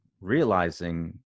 realizing